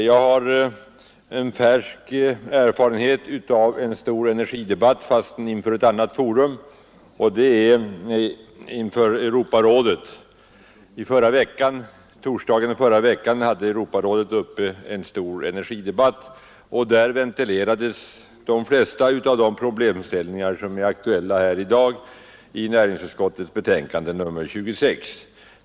Jag har färsk erfarenhet av en stor energidebatt fastän inför ett annat forum, Europarådet, där man under torsdagen i förra veckan ventilerade de flesta av de problemställningar som är aktuella i dag i näringsutskottets betänkande nr 26.